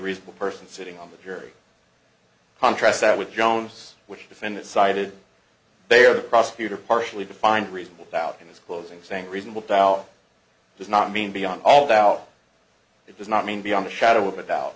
reasonable person sitting on the jury contrast that with jones which defendant cited they are prosecutor partially to find reasonable doubt in his closing saying reasonable doubt does not mean beyond all doubt it does not mean beyond a shadow of a doubt